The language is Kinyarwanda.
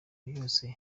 yose